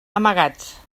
amagats